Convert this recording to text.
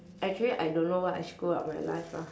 actually I don't know what I screwed up with my life lah